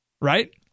Right